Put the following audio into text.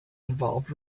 involved